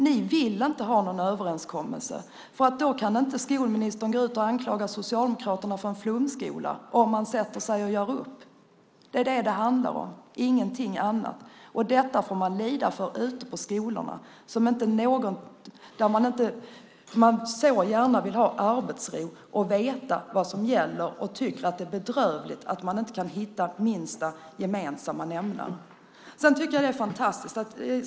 Ni vill inte ha någon överenskommelse, för skolministern kan inte anklaga Socialdemokraterna för en flumskola om man gör upp. Det är vad det handlar om, ingenting annat. Detta får man lida för ute på skolorna, där man så gärna vill ha arbetsro och veta vad som gäller. De tycker att det är bedrövligt att man inte kan hitta en minsta gemensamma nämnare.